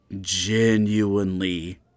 genuinely